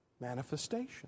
manifestation